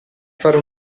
fare